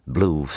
Blue